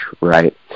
right